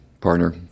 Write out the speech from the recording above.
partner